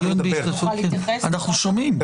אנחנו שומעים.